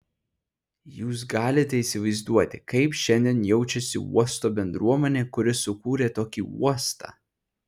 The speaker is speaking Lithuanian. jūs galite įsivaizduoti kaip šiandien jaučiasi uosto bendruomenė kuri sukūrė tokį uostą